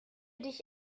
dich